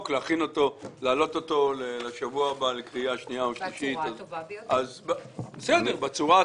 ולהעלותו לקריאה שנייה ושלישית בשבוע הבא.